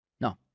No